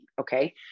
okay